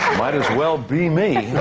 might as well be me!